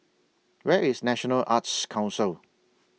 Where IS National Arts Council